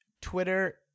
Twitter